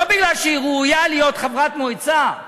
לא מפני שהיא ראויה להיות חברת מועצה.